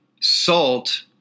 salt